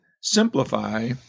simplify